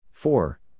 Four